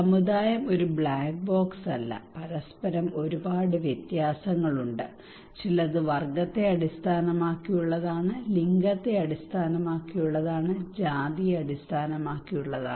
സമുദായം ഒരു black box അല്ല പരസ്പരം ഒരുപാട് വ്യത്യാസങ്ങളുണ്ട് ചിലത് വർഗ്ഗത്തെ അടിസ്ഥാനമാക്കിയുള്ളതാണ് ലിംഗത്തെ അടിസ്ഥാനമാക്കിയുള്ളതാണ് ജാതിയെ അടിസ്ഥാനമാക്കിയുള്ളതാണ്